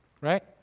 Right